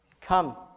Come